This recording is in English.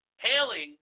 hailing